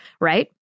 right